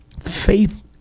Faith